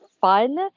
fun